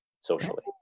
socially